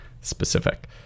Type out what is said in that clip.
specific